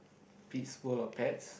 Pete's World of Pets